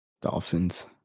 Dolphins